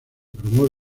promueve